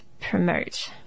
promote